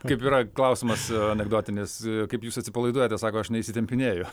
kaip yra klausimas anekdotinis kaip jūs atsipalaiduojate sako aš neįsitempinėju